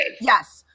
Yes